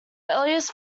earliest